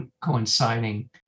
coinciding